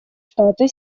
штаты